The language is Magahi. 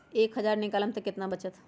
एक हज़ार निकालम त कितना वचत?